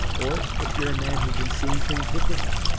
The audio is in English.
or if you're a man who's been seeing things differently.